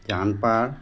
যানপাৰ